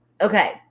Okay